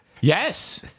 yes